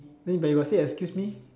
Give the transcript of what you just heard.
no but you got say excuse me